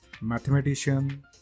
mathematician